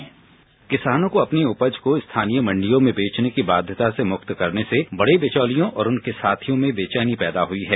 bite किसानों को अपनी उपज को स्थानीय मंडियों में बेचने की बाध्यता से मुक्त करने से बडे बिचौलियों और उनके साथियों में बेचौनी पैदा हुई है